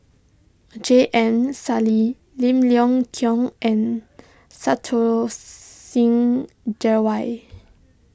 J M Sali Lim Leong Geok and Santokh Singh Grewal